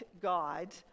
God